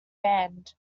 hand